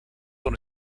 dans